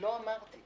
לא כך אמרתי.